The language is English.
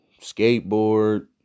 skateboard